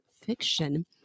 fiction